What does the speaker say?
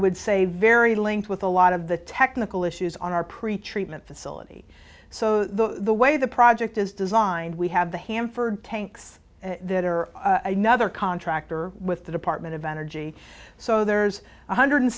would say very linked with a lot of the technical issues on our pretreatment facility so the way the project is designed we have the hanford tanks that are another contractor with the department of energy so there's one hundred